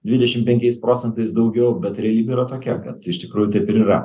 dvidešim penkiais procentais daugiau bet realybė yra tokia kad iš tikrųjų taip ir yra